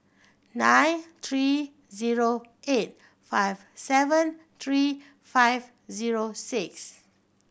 nine three zero eight five seven three five zero six